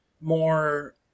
more